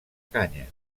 canya